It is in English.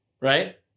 Right